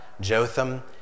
Jotham